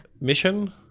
mission